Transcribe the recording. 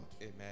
Amen